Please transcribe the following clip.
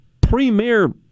premier